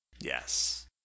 Yes